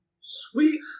sweet